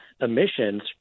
emissions